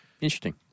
Interesting